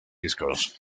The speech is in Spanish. discos